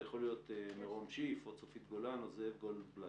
זה יכול להיות מרום שיף או צופית גולן או זאב גולדבלט.